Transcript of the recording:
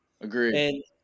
agree